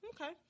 okay